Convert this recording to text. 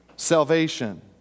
Salvation